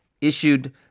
issued